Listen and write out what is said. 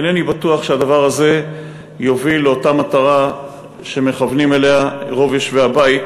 אינני בטוח שהדבר הזה יוביל לאותה מטרה שמכוונים אליה רוב יושבי הבית